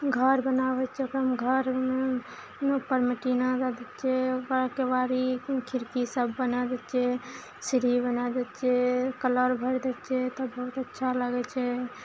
घर बनाबय छियै ओकरामे घरमे उपरमे टीना दए दै छियै ओइके बाद केबारी खिड़की सब बना दै छियै सीढ़ी बना दै छियै कलर भरि दै छियै तब बहुत अच्छा लागय छै